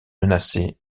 menacée